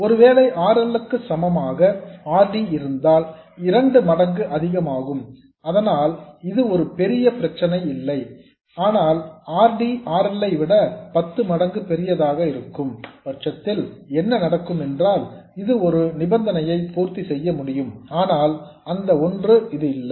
ஒருவேளை R L க்கு சமமாக R D இருந்தால் இரண்டு மடங்கு அதிகமாகும் அதனால் இது ஒரு பெரிய பிரச்சனை இல்லை ஆனால் R D R L ஐ விட பத்து மடங்கு பெரியதாக இருக்கும் பட்சத்தில் என்ன நடக்கும் என்றால் அது இந்த நிபந்தனையை பூர்த்தி செய்ய முடியும் ஆனால் அந்த ஒன்று இல்லை